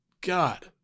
God